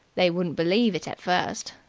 they wouldn't believe it at first,